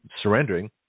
surrendering